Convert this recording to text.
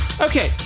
okay